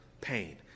pain